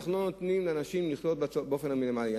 אנחנו לא נותנים לאנשים לחיות באופן המינימלי?